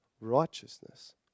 righteousness